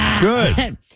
Good